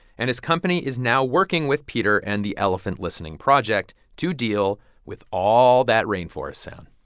and his company is now working with peter and the elephant listening project to deal with all that rainforest sound